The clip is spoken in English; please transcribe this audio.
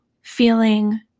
feeling